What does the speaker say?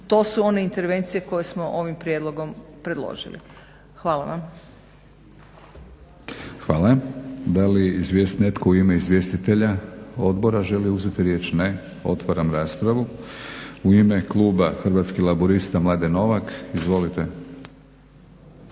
To su one intervencije koje smo ovim prijedlogom predložili. Hvala vam. **Batinić, Milorad (HNS)** Hvala. Da li netko u ime izvjestitelja odbora želi uzeti riječ? Ne. Otvaram raspravu. U ime kluba Hrvatskih laburista Mladen Novak. Izvolite.